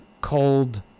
cold